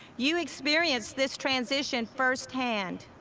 you experienced this transition first hand.